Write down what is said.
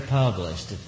published